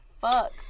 fuck